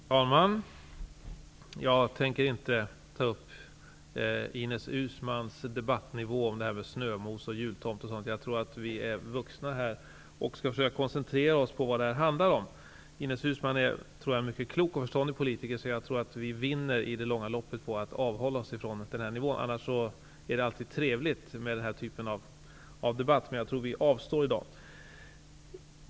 Fru talman! Jag tänker inte gå in på Ines Uusmanns debattnivå, med tal om snömos, jultomte osv. Vi som är här är vuxna och bör försöka koncentrera oss på vad det här handlar om. Jag tror att Ines Uusmann är en mycket klok och förståndig politiker och att hon inser att vi i det långa loppet vinner på att vi inte håller oss på den nivån. Annars är det alltid trevligt med den typen av debatt, men jag tror att vi avstår från den i dag.